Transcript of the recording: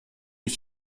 ich